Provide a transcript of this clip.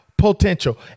Potential